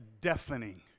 deafening